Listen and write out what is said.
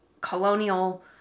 Colonial